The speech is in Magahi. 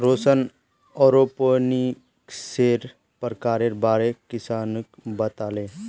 रौशन एरोपोनिक्सेर प्रकारेर बारे किसानक बताले